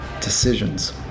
decisions